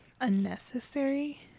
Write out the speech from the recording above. unnecessary